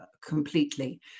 completely